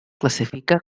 classifica